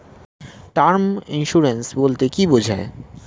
Term insurance বলতে কী বোঝায়?